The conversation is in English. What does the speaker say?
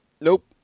Nope